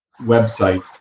website